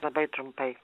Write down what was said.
labai trumpai